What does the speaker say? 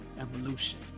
evolution